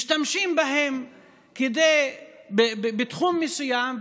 משתמשים בהם בתחום מסוים,